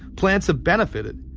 plants have benefited.